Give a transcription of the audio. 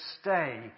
stay